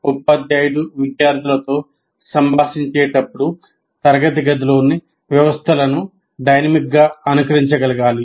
ఉపాధ్యాయుడు విద్యార్థులతో సంభాషించేటప్పుడు తరగతి గదిలోని వ్యవస్థలను డైనమిక్గా అనుకరించగలగాలి